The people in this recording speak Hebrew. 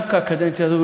דווקא הקדנציה הזאת,